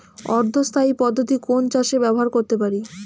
অর্ধ স্থায়ী পদ্ধতি কোন চাষে ব্যবহার করতে পারি?